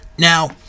Now